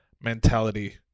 mentality